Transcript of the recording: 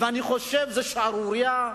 אני חושב שזאת שערורייה,